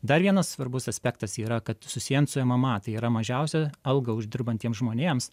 dar vienas svarbus aspektas yra kad susiejant su mma tai yra mažiausią algą uždirbantiems žmonėms